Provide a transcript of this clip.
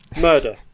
Murder